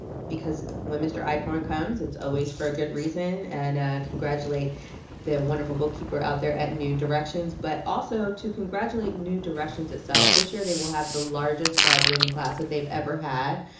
because when mr. acorn comes it's always for a good reason. and congratulate the wonderful bookkeeper out there at new directions but also to congratulate new directions itself. this year they will have the largest graduating class that they've ever had,